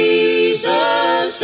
Jesus